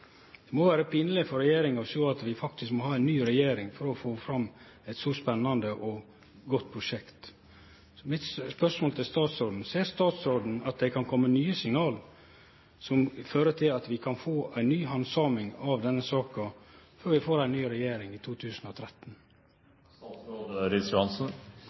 Det må vere pinleg for regjeringa å sjå at vi faktisk må ha ei ny regjering for å få fram eit så spennande og godt prosjekt. Mitt spørsmål til statsråden er: Ser statsråden at det kan kome nye signal som fører til at vi kan få ei ny handsaming av denne saka før vi får ei ny regjering i